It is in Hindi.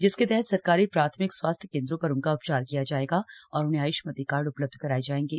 जिसके तहत सरकारी प्राथमिक स्वास्थ्य केन्द्रों पर उनका उपचार किया जायेगा और उन्हें आय्ष्मती कार्ड उपलब्ध कराये जायेंगे